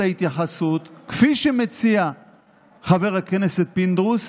ההתייחסות כפי שמציע חבר הכנסת פינדרוס